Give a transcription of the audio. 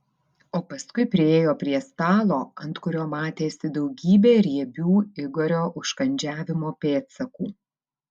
o paskui priėjo prie stalo ant kurio matėsi daugybė riebių igorio užkandžiavimo pėdsakų